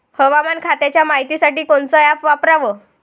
हवामान खात्याच्या मायतीसाठी कोनचं ॲप वापराव?